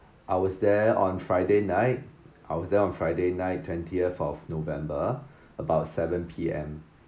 I was there on friday night I was there on friday night twentieth of november about seven P_M